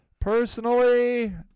Personally